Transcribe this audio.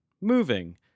moving